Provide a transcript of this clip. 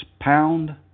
pound